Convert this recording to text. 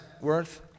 worth